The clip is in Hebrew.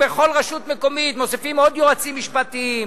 בכל רשות מקומית מוסיפים עוד יועצים משפטיים,